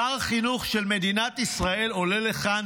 שר החינוך של מדינת ישראל עולה לכאן